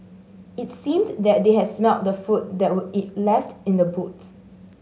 it seemed that they had smelt the food that were left in the boot